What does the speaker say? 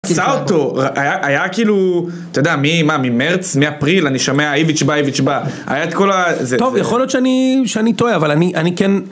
סאוטו, היה כאילו, אתה יודע, ממרץ, מאפריל, אני שומע איביץ' בא, איביץ' בא, היה את כל הזה. טוב, יכול להיות שאני טועה, אבל אני, אני כן...